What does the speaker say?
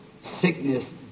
sickness